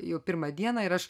jau pirmą dieną ir aš